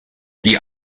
die